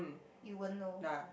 you won't know